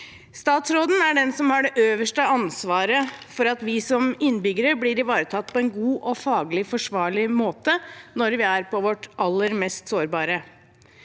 Statsråden er den som har det øverste ansvaret for at vi som innbyggere blir ivaretatt på en god og faglig forsvarlig måte når vi er på vårt aller mest sårbare.